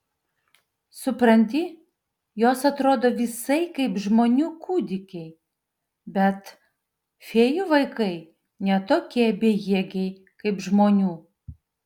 supranti jos atrodo visai kaip žmonių kūdikiai bet fėjų vaikai ne tokie bejėgiai kaip žmonių